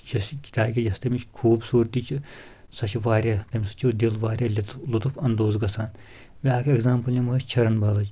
یۄس یہِ تاکہِ یوس تمِچ خوٗبصوٗرتی چھِ سۄ چھِ واریاہ تمہِ سۭتۍ چھُ دِل واریاہ لُطف لُطف اَندوز گژھان بیاکھ ایٚگزامپٕل نِمَو أسۍ چھرن بالٕچ